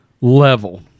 level